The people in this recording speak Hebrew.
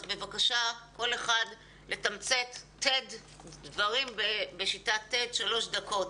אז בבקשה כל אחד יתמצת את דבריו וידבר שלוש דקות.